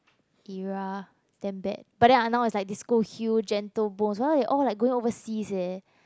era damn bad but then uh now is like Disco Hue Gentle Bones now they all like going overseas eh